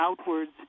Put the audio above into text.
outwards